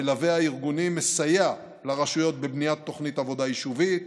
המלווה הארגוני מסייע לרשויות בבניית תוכנית עבודה יישובית,